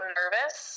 nervous